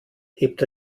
hebt